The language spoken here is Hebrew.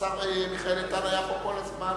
השר מיכאל איתן היה פה כל הזמן.